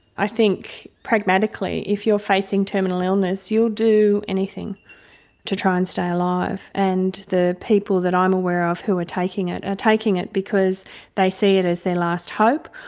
i think pragmatically if you are facing terminal illness, you will do anything to try and stay alive. and the people that i'm aware of who are taking it are taking it because they see it as their last hope,